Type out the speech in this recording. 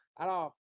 Alors